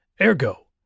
Ergo